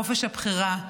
חופש הבחירה,